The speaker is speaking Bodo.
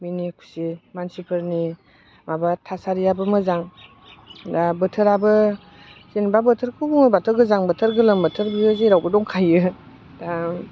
मिनि खुसि मानसिफोरनि माबा थासारियाबो मोजां दा बोथोराबो जेनेबा बोथोरखौ बुङोब्लाथ' गोजां बोथोर गोलोम बोथोर जेरावबो दंखायो दा